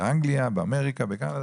באנגליה, באמריקה, בקנדה.